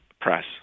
press